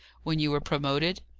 when you were promoted?